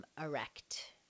erect